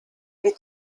die